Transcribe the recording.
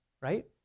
right